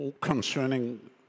concerning